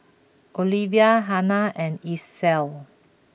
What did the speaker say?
Olivia Hanna and Isla